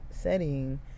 setting